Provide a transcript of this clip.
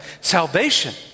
Salvation